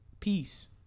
Peace